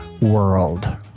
world